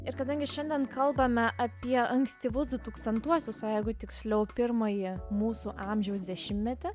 ir kadangi šiandien kalbame apie ankstyvus dutūkstantuosius o jeigu tiksliau pirmąjį mūsų amžiaus dešimtmetį